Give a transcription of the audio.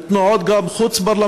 וגם תנועות חוץ-פרלמנטריות,